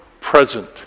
present